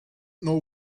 know